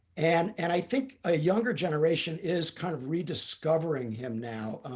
and and i think a younger generation is kind of rediscovering him now,